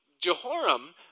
Jehoram